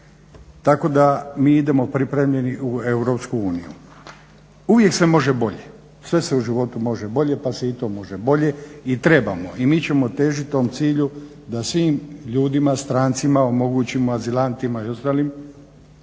tako da mi idemo pripremljeni u Europsku uniju. Uvijek se može bolje, sve se u životu može bolje pa se i to može bolje i trebamo i mi ćemo težit tom cilju da svim ljudima, strancima omogućimo, azilantima i ostalim